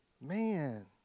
Man